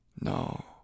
No